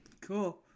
cool